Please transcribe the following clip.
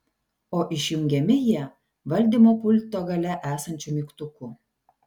o išjungiami jie valdymo pulto gale esančiu mygtuku